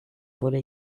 wurde